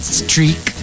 streak